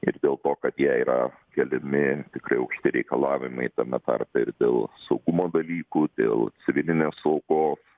ir dėl to kad jai yra keliami tikrai aukšti reikalavimai tame tarpe ir dėl saugumo dalykų dėl civilinės saugos